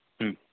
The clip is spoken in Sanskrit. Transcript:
ह्म्